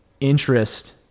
interest